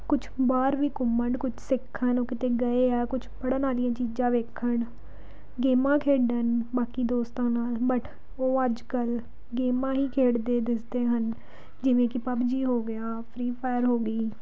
ਕੁਛ ਬਾਹਰ ਵੀ ਘੁੰਮਣ ਕੁਛ ਸਿੱਖਣ ਉਹ ਕਿਤੇ ਗਏ ਹੈ ਕੁਛ ਪੜ੍ਹਨ ਵਾਲੀਆਂ ਚੀਜ਼ਾਂ ਵੇਖਣ ਗੇਮਾਂ ਖੇਡਣ ਬਾਕੀ ਦੋਸਤਾਂ ਨਾਲ ਬਟ ਉਹ ਅੱਜ ਕੱਲ੍ਹ ਗੇਮਾਂ ਹੀ ਖੇਡਦੇ ਦਿਸਦੇ ਹਨ ਜਿਵੇਂ ਕਿ ਪੱਬਜੀ ਹੋ ਗਿਆ ਫਰੀ ਫਾਇਰ ਹੋ ਗਈ